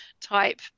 type